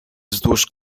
wzdłuż